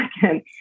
second